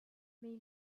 mais